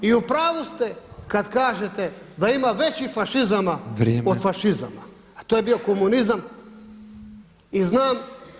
I u pravu ste kad kažete da ima većih fašizama od fašizama, a to je bio komunizam [[Upadica predsjednik: Vrijeme.]] I znam